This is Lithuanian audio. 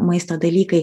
maisto dalykai